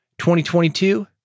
2022